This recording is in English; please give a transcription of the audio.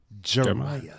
Jeremiah